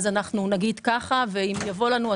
אנחנו נגיד ככה ואם יבוא לנו,